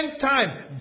time